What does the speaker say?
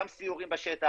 גם סיורים בשטח,